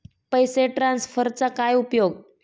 पैसे ट्रान्सफरचा काय उपयोग?